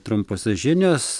trumposios žinios